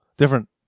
Different